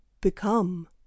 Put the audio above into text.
become